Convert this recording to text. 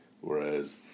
Whereas